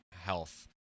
health